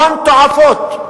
הון תועפות.